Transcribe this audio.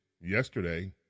yesterday